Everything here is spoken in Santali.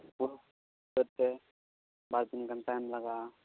ᱵᱟᱨ ᱫᱤᱱ ᱜᱟᱱ ᱴᱟᱭᱤᱢ ᱞᱟᱜᱟᱜᱼᱟ